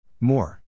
More